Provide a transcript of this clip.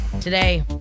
today